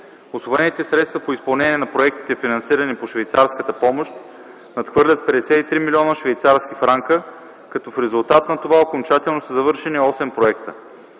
Усвоените средства по изпълнение на проектите, финансирани по швейцарската помощ, надхвърлят 53 млн. швейцарски франка, като в резултат на това окончателно са завършени осем проекта.